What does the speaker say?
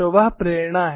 तो वह प्रेरणा है